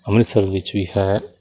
ਅੰਮ੍ਰਿਤਸਰ ਵਿੱਚ ਵੀ ਹੈ